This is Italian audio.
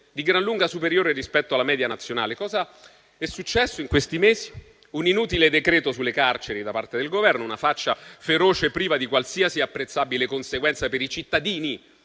di gran lunga superiore rispetto alla media nazionale. Cosa è successo in questi mesi? Un inutile decreto sulle carceri da parte del Governo, una faccia feroce, priva di qualsiasi apprezzabile conseguenza per i cittadini,